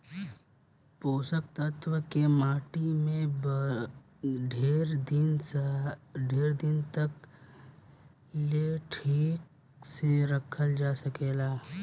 पोषक तत्व के माटी में ढेर दिन तक ले ठीक से रखल जा सकेला